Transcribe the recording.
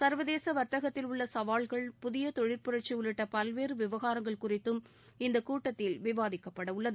சள்வதேச வா்த்தகத்தில் உள்ள சவால்கள் புதிய தொழில் புரட்சி உள்ளிட்ட பல்வேறு விவகாரங்கள் குறித்தும் இந்த கூட்டத்தில் விவாதிக்கப்படவுள்ளது